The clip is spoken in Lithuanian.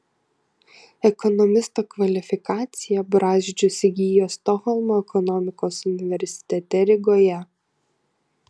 ekonomisto kvalifikaciją brazdžius įgijo stokholmo ekonomikos universitete rygoje